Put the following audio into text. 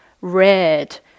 red